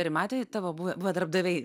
ir matė tavo buvę darbdaviai